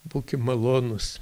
būkim malonūs